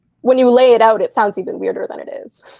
when you lay it out, it sounds even weirder than it is.